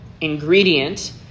ingredient